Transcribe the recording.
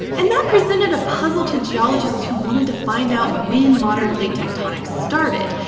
and that presented a puzzle to geologists who wanted to find out when modern plate tectonics started,